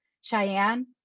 Cheyenne